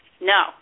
No